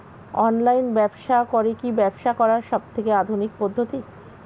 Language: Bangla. অনলাইন ব্যবসা করে কি ব্যবসা করার সবথেকে আধুনিক পদ্ধতি?